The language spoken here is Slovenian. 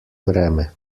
vreme